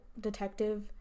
detective